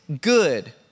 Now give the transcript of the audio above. good